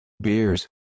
beers